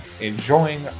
enjoying